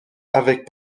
avec